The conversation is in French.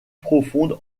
profonde